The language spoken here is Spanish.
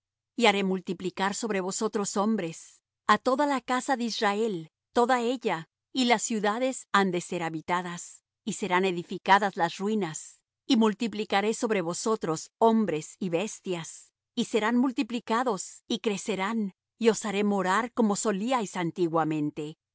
y haré multiplicar sobre vosotros hombres á toda la casa de israel toda ella y las ciudades han de ser habitadas y serán edificadas las ruinas y multiplicaré sobre vosotros hombres y bestias y serán multiplicados y crecerán y os haré morar como solíais antiguamente